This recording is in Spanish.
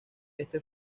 este